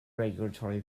regulatory